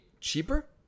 cheaper